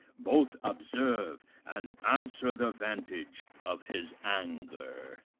both observe and answer the vantage of his anger.